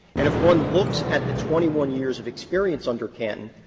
and if one looks at the twenty one years of experience under canton,